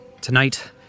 Tonight